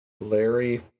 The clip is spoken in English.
Larry